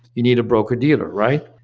you need a broker dealer, right?